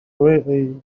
away